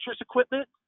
equipment